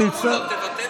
לא קראו לו.